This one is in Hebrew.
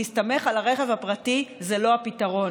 להסתמך על הרכב הפרטי זה לא הפתרון.